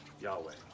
Yahweh